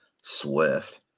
Swift